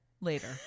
later